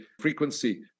frequency